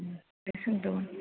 ओंखायमो सोंदोंमोन